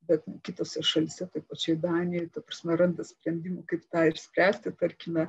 bet kitose šalyse toj pačioj danijoj ta prasme randa sprendimų kaip tą išspręsti tarkime